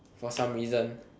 for some reason